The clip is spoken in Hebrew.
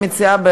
אני מציעה,